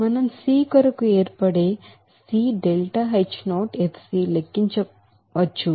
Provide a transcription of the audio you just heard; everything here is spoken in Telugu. మనం c కొరకు ఏర్పడే వేడిని లెక్కించవచ్చు